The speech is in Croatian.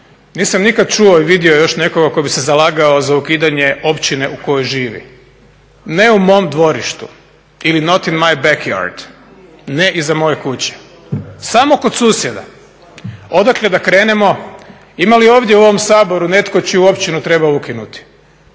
Nisam nikad čuo i vidio još nekoga tko bi se zalagao za ukidanje općine u kojoj živi. Ne u mom dvorištu ili not in my backyard, ne iza moje kuće, samo kod susjeda. Odakle da krenemo? Ima li ovdje u ovom Saboru netko čiju općinu treba ukinuti?